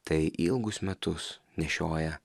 tai ilgus metus nešioja